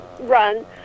run